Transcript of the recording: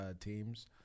teams